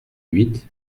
huit